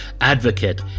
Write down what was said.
advocate